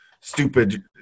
stupid